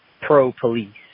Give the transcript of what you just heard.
pro-police